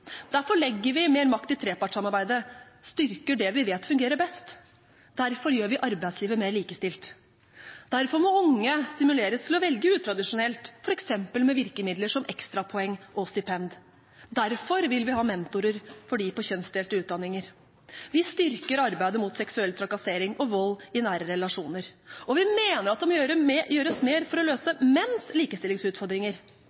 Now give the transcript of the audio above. Derfor legger vi mer makt i trepartssamarbeidet, styrker det vi vet fungerer best. Derfor gjør vi arbeidslivet mer likestilt. Derfor må unge stimuleres til å velge utradisjonelt, f.eks. med virkemidler som ekstrapoeng og stipend. Derfor vil vi ha mentorer for dem på kjønnsdelte utdanninger. Vi styrker arbeidet mot seksuell trakassering og vold i nære relasjoner. Og vi mener at det må gjøres mer for å